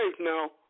now